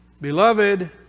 beloved